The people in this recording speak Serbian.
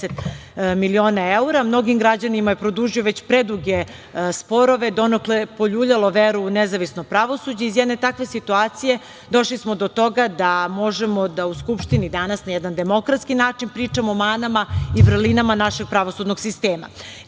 miliona evra, mnogim građanima je produžio već preduge sporove, donekle je poljuljalo veru u nezavisno pravosuđe. Iz jedne takve situacije došli smo do toga da možemo da u Skupštini danas na jedan demokratski način pričamo o manama i vrlinama našeg pravosudnog sistema. Kada